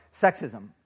sexism